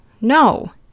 No